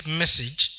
message